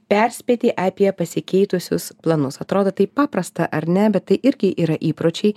perspėti apie pasikeitusius planus atrodo taip paprasta ar ne bet tai irgi yra įpročiai